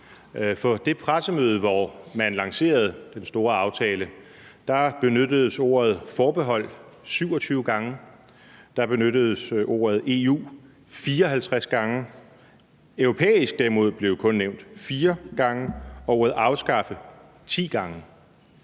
På det pressemøde, hvor man lancerede den store aftale, benyttedes ordet forbehold 27 gange, der benyttedes ordet EU 54 gange. Ordet europæisk blev derimod kun nævnt 4 gange, og ordet afskaffe 10 gange.